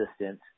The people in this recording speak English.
assistant